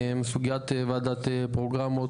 סוגיית ועדת פרוגרמות,